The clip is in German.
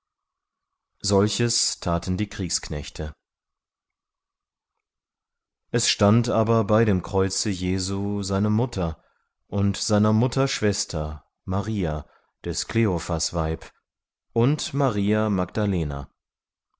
solches taten die kriegsknechte es stand aber bei dem kreuze jesu seine mutter und seiner mutter schwester maria des kleophas weib und maria magdalena